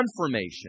confirmation